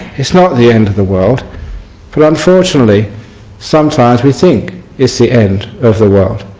it's not the end of the world but unfortunately sometimes we think it's the end of the world.